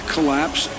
collapse